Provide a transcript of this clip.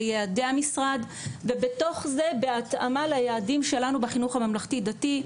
ליעדי המשרד ובתוך זה בהתאמה ליעדים שלנו בחינוך הממלכתי דתי.